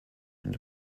and